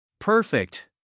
Perfect